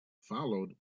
followed